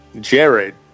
Jared